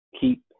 keep